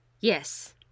Yes